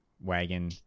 wagon